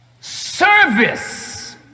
service